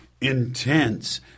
Intense